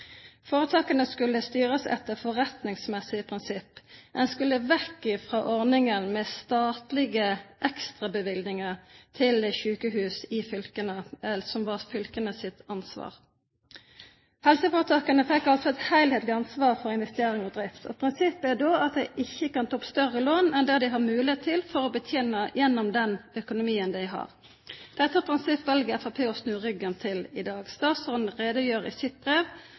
Foretakene skulle styres etter forretningsmessige prinsipp. En skulle vekk fra ordningen med statlige ekstrabevilgninger til sykehus i fylkene, som var fylkenes ansvar. Helseforetakene fikk altså et helhetlig ansvar for investeringer og drift. Prinsippet er da at de ikke kan ta opp større lån enn det de har mulighet for å betjene gjennom den økonomien de har. Dette prinsippet velger Fremskrittspartiet å snu ryggen til i dag. Statsråden redegjør i sitt brev